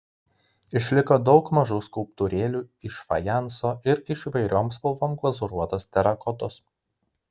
išliko daug mažų skulptūrėlių iš fajanso ir iš įvairiom spalvom glazūruotos terakotos